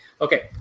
okay